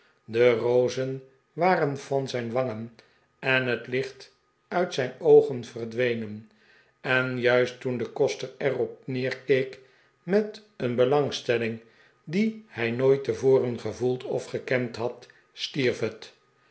de rozen waren van zijn wangen en het licht uit zijn oogen verdwenen en juist toen de koster erop neerkeek met een belangstelling die hij nooit tevoren gevoeld of gekend had stierf het